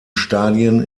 stadien